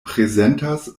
prezentas